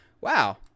wow